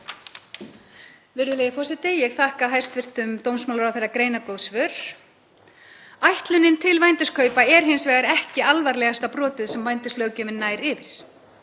Virðulegi forseti. Ég þakka hæstv. dómsmálaráðherra greinargóð svör. Ætlunin til vændiskaupa er hins vegar ekki alvarlegasta brotið sem vændislöggjöfin nær yfir.